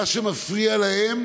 מה שמפריע להם